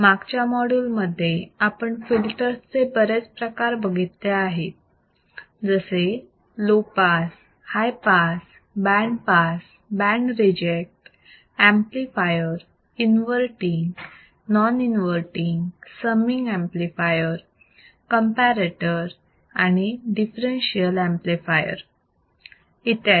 मागच्या मॉड्यूल मध्ये आपण फिल्टर्स चे बरेच प्रकार बघितले आहेत जसे low pass high pass band pass band reject amplifier inverting non inverting summing amplifier comparator आणि दिफ्फेरेन्शियल ऍम्प्लिफायर इत्यादी